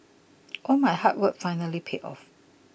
all my hard work finally paid off